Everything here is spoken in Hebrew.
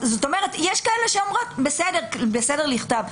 יש שאומרות: בסדר בכתב,